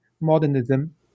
Modernism